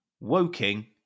Woking